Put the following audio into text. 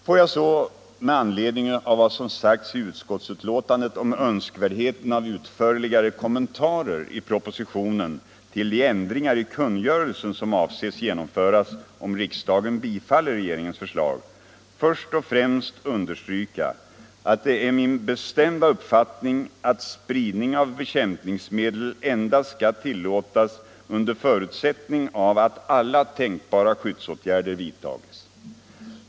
Får jag så, med anledning av vad som sagts i utskottsbetänkandet om önskvärdheten av utförligare kommentarer i propositionen till de ändringar i kungörelsen som avses genomföras om riksdagen bifaller regeringens förslag, först och främst understryka att det är min bestämda uppfattning att spridning av bekämpningsmedel endast skall tillåtas under förutsättning att alla tänkbara skyddsåtgärder vidtas.